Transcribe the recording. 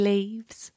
Leaves